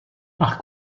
par